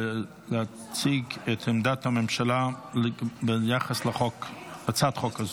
להציג את עמדת הממשלה ביחס להצעת החוק הזאת.